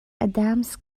adams